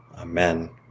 amen